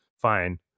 fine